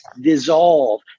dissolve